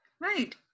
right